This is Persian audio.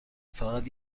فقط